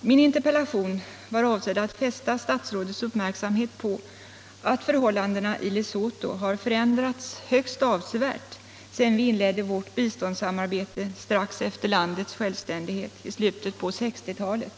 Min interpellation var avsedd att fästa statsrådets uppmärksamhet på, att förhållandena i Lesotho har förändrats högst avsevärt sedan vi inledde vårt biståndssamarbete strax efter landets självständighet i slutet av 1960 talet.